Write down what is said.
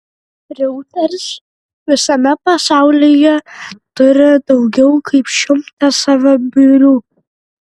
reuters visame pasaulyje turi daugiau kaip šimtą savo biurų